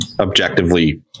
objectively